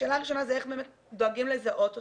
השאלה הראשונה זה איך באמת דואגים לזהות אותן,